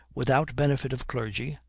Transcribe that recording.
without benefit of clergy,